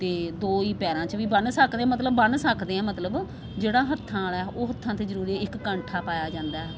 ਅਤੇ ਦੋ ਹੀ ਪੈਰਾਂ 'ਚ ਵੀ ਬੰਨ ਸਕਦੇ ਹਾਂ ਮਤਲਬ ਬੰਨ ਸਕਦੇ ਹਾਂ ਮਤਲਬ ਜਿਹੜਾ ਹੱਥਾਂ ਵਾਲਾ ਉਹ ਹੱਥਾਂ 'ਤੇ ਜ਼ਰੂਰੀ ਇੱਕ ਕੰਠਾ ਪਾਇਆ ਜਾਂਦਾ